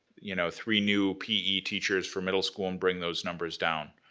you know, three new pe teachers for middle school and bring those numbers down.